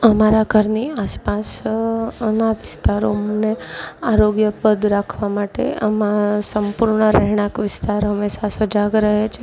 અમારા ઘરની આસપાસ ના વિસ્તારો અમને આરોગ્યપ્રદ રાખવા માટે અમાં સંપૂર્ણ રહેણાંક વિસ્તારો હંમેશા સજાગ રહે છે